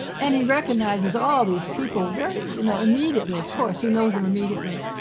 and he recognizes all these people very, you know, immediately, of course, he knows them immediately.